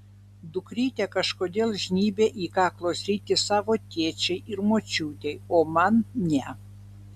dukrytė kažkodėl žnybia į kaklo sritį savo tėčiui ir močiutei o man ne